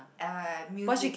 ya music